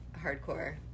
hardcore